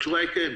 התשובה היא: כן.